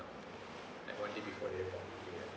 ya one day before we left lah